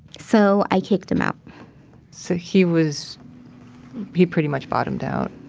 so i kicked him out so he was he pretty much bottomed out.